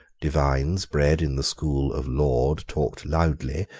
divines bred in the school of laud talked loudly,